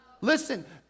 Listen